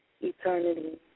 eternity